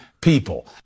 people